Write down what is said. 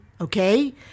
okay